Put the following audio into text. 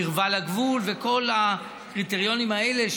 קרבה לגבול וכל הקריטריונים האלה.